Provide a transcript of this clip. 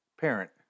parent